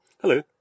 Hello